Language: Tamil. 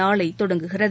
நாளை தொடங்குகிறது